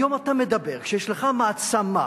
היום אתה מדבר כשיש לך מעצמה,